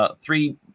three